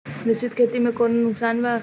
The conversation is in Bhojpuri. मिश्रित खेती से कौनो नुकसान वा?